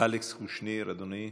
אלכס קושניר, אדוני,